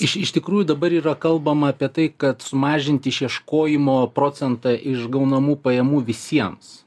iš iš tikrųjų dabar yra kalbama apie tai kad sumažinti išieškojimo procentą iš gaunamų pajamų visiems